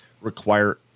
require